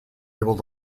able